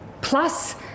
plus